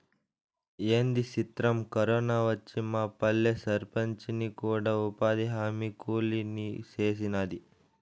ఏంది సిత్రం, కరోనా వచ్చి మాపల్లె సర్పంచిని కూడా ఉపాధిహామీ కూలీని సేసినాది